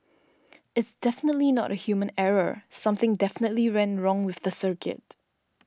it's definitely not a human error something definitely went wrong with the circuit